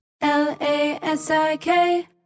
L-A-S-I-K